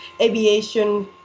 aviation